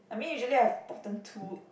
I mean usually I have bottom too